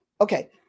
Okay